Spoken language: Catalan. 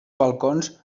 balcons